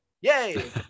Yay